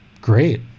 Great